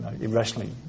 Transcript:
irrationally